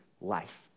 Life